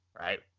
right